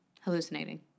Hallucinating